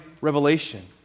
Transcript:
revelation